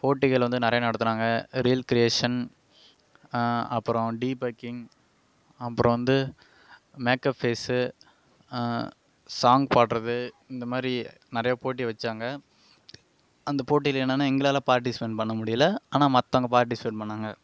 போட்டிகள் வந்து நிறைய நடத்தினாங்க ரீல் கிரியேஷன் அப்றம் டிபக்கிங் அப்றம் வந்து மேக்கப் ஃபேஸு சாங் பாடுறது இந்த மாதிரி நிறைய போட்டி வச்சாங்க அந்த போட்டியில் என்னன்னா எங்களால் பார்ட்டிசிபேன்ட் பண்ண முடியல ஆனால் மற்றவங்க பார்ட்டிசிபேட் பண்ணிணாங்க